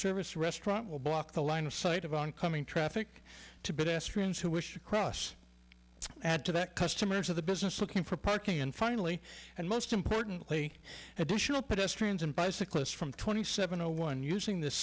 and restaurant will block the line of sight of on coming traffic to be best friends who wish to cross add to that customers of the business looking for parking and finally and most importantly additional pedestrians and bicyclists from twenty seven to one using th